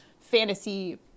fantasy